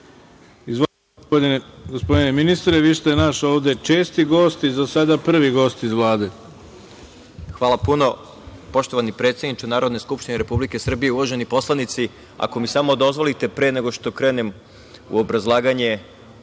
gospodine ministre. Vi ste naš ovde česti gost i za sada prvi gost iz Vlade. **Siniša Mali** Hvala puno. Poštovani predsedniče Narodne skupštine Republike Srbije, uvaženi poslanici, ako mi samo dozvolite, pre nego što krenem u obrazlaganje